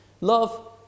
Love